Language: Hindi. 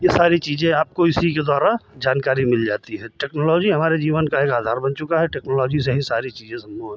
ये सारी चीज़ें आपको इसी के द्वारा जानकारी मिल जाती है टेक्नोलॉजी हमारे जीवन का एक आधार बन चुका है टेक्नोलॉजी से ही सारी चीज़ें संभव हैं